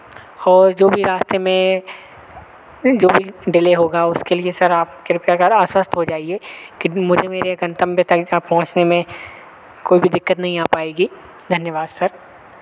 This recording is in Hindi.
और जो भी रास्ते में जो भी डिले होगा उसके लिए सर आप कृपया कर आश्वस्त हो जाइए कि मुझे मेरे गंतव्य तक जहाँ पहुँचने में कोई भी दिक्कत नहीं आ पाएगी धन्यवाद सर